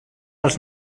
els